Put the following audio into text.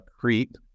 creep